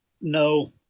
no